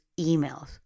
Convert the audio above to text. emails